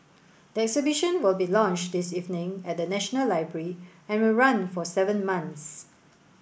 the exhibition will be launched this evening at the National Library and will run for seven months